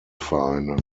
vereine